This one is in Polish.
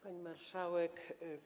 Pani Marszałek!